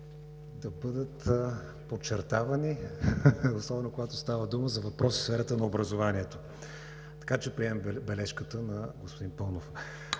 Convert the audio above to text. да бъдат подчертавани, особено когато става дума за въпроси в сферата на образованието. Така че приемам бележката на господин Паунов.